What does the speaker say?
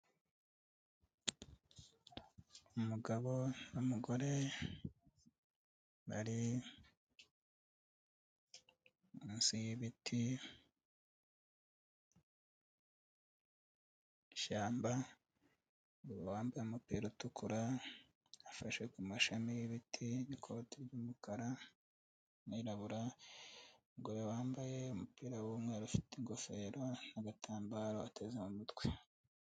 Umugabo n'umugore bari munsi y'ibiti, ishyamba, uwambaye umupira utukura afashe ku mashami y'ibiti n'ikoti ry'umukara, ni umwirabura, umugore wambaye umupira w'umweru, ufite ingofero, n'agatambaro ateze mu mutwe.